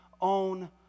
own